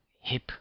hip